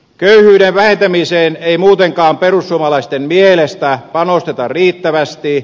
köyhyyden vähentämiseen ei muutenkaan perussuomalaisten mielestä panosteta riittävästi